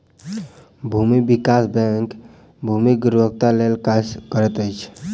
भूमि विकास बैंक भूमिक गुणवत्ताक लेल काज करैत अछि